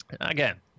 Again